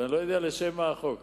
ואני לא יודע לשם מה החוק.